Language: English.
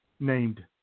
Named